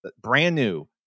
brand-new